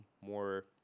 more